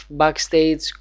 backstage